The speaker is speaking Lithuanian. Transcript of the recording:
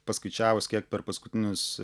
paskaičiavus kiek per paskutinius